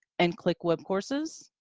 and click webcourses,